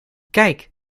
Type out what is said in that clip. kijk